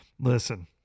listen